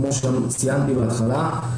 כמו שציינתי בהתחלה,